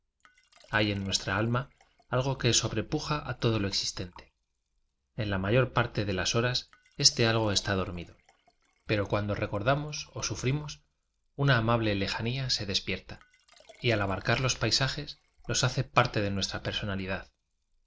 hay en nuesíra alma a'g que sobrepuja a todo lo exis tente en la mayor parte de las horas este a esta dormido pero cuando recordanos o sufrimos una amable lejanía se desper a y al abarcar los paisajes los hace parte de nuestra personalidad